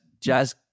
jazz